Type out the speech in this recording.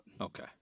okay